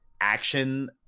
action